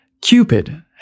Cupid